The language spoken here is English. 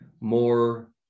more